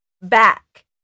back